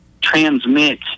transmit